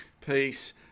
peace